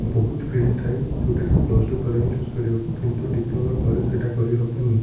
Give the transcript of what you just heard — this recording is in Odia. ବହୁତୁ ଫିଲ୍ଡ଼ ଥାଏ ଯେଉଁଟାକି ପ୍ଲସ୍ ଟୁ ପରେ ହିଁ ଚୂଜ୍ କରିହେବ କିନ୍ତୁ ଡିପ୍ଲୋମା ପରେ ସେଇଟା କରିହେବନି